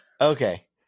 Okay